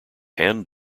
hand